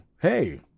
hey